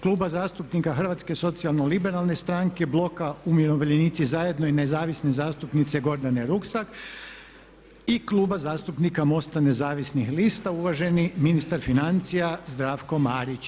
Kluba zastupnika Hrvatske socijalno liberalne stranke bloka "Umirovljenici zajedno" i nezavisne zastupnice Gordane Rusak i Kluba zastupnika MOST-a nezavisnih lista uvaženi ministar financija Zdravko Marić.